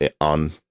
on